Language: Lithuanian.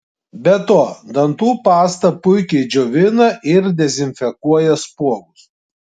be to dantų pasta puikiai džiovina ir dezinfekuoja spuogus